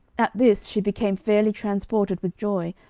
at this she became fairly transported with joy,